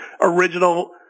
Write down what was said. original